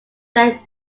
their